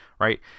right